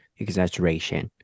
exaggeration 。